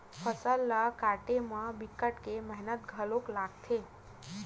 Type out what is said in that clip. फसल ल काटे म बिकट के मेहनत घलोक होथे